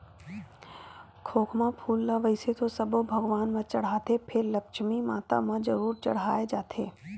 खोखमा फूल ल वइसे तो सब्बो भगवान म चड़हाथे फेर लक्छमी माता म जरूर चड़हाय जाथे